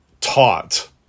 taught